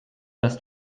dass